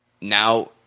Now